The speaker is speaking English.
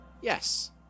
Yes